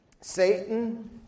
Satan